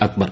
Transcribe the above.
Akbar